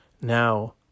Now